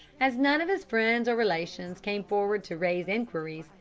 as none of his friends or relations came forward to raise enquiries,